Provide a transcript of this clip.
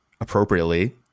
appropriately